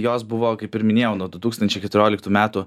jos buvo kaip ir minėjau nuo du tūkstančiai keturioliktų metų